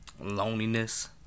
loneliness